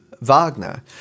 Wagner